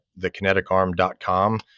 thekineticarm.com